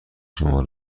شما